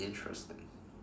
interesting